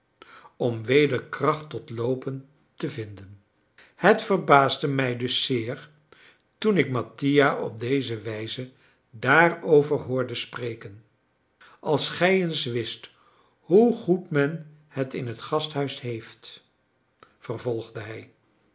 om weder kracht tot loopen te vinden het verbaasde mij dus zeer toen ik mattia op deze wijze daarover hoorde spreken als gij eens wist hoe goed men het in het gasthuis heeft vervolgde hij